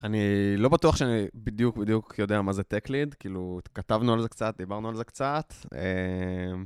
אני לא בטוח שאני בדיוק בדיוק יודע מה זה טק ליד, כאילו כתבנו על זה קצת, דיברנו על זה קצת.